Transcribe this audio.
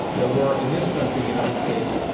there were, in this country, the united states,